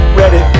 ready